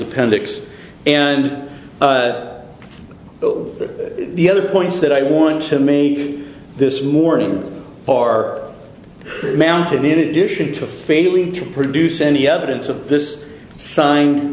appendix and the other points that i want to me this morning are mounted in addition to failing to produce any evidence of this sign